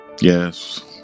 yes